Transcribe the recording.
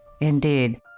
indeed